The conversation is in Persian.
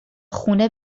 خونه